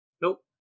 Nope